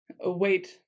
Wait